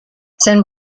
san